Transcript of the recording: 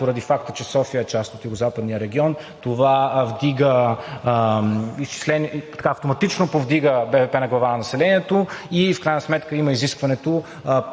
поради факта, че София е част от Югозападния регион, това автоматично повдига БВП на глава от населението и в крайна сметка има изискването